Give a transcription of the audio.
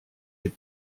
les